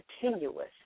continuous